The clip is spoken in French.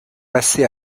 passé